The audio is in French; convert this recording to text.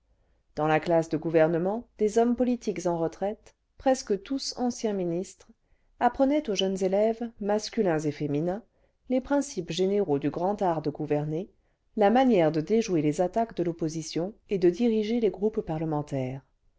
dans la classe de gouvernement des hommes politiques en retraite presque tous anciens ministres apprenaient aux jeunes élèves masculins et féminins les principes généraux du grand art de gouverner la manière de déjouer les attaques cle l'opposition et de diriger les groupes parlementaires